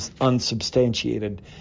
unsubstantiated